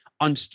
on